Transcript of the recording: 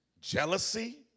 jealousy